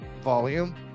volume